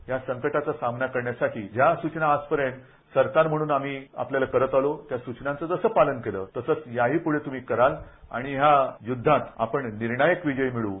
या संकटाचा सामना करण्यासाठी ज्या सूचना आजपर्यंत सरकार म्हणून आम्ही आपल्याला करत आलो त्या सूचनांचं जसं पालन केलं तसंच याही प्रढे तुम्ही कराल आणि या युध्दात आपण निर्णायक विजय मिळव्